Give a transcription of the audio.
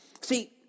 See